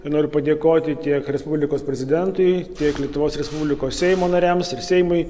ir noriu padėkoti tiek respublikos prezidentui tiek lietuvos respublikos seimo nariams ir seimui